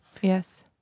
Yes